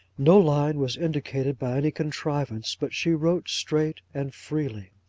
no line was indicated by any contrivance, but she wrote straight and freely.